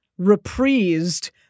reprised